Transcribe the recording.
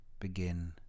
begin